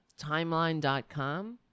Timeline.com